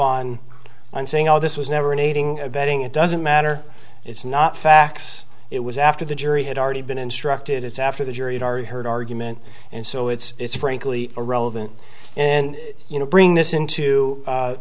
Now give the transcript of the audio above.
on and saying all this was never an aiding abetting it doesn't matter it's not facts it was after the jury had already been instructed it's after the jury already heard argument and so it's frankly irrelevant and you know bring this into